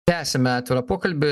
tęsiame atvirą pokalbį